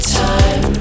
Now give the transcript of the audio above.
time